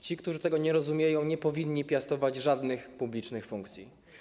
Ci, którzy tego nie rozumieją, nie powinni piastować żadnych publicznych funkcji.